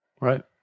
Right